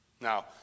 Now